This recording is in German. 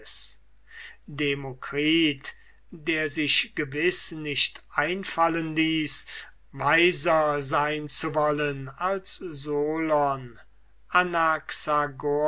demokritus der sich gewiß nicht einfallen ließ weiser sein zu wollen als solon